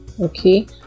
okay